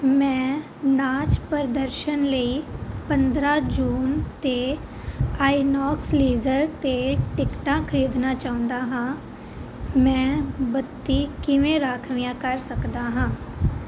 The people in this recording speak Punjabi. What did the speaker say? ਮੈਂ ਨਾਚ ਪ੍ਰਦਰਸ਼ਨ ਲਈ ਪੰਦਰ੍ਹਾਂ ਜੂਨ 'ਤੇ ਆਈਨੌਕਸ ਲੇਜ਼ਰ 'ਤੇ ਟਿਕਟਾਂ ਖਰੀਦਣਾ ਚਾਹੁੰਦਾ ਹਾਂ ਮੈਂ ਬੱਤੀ ਕਿਵੇਂ ਰਾਖਵੀਆਂ ਕਰ ਸਕਦਾ ਹਾਂ